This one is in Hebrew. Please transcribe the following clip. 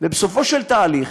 בסופו של תהליך,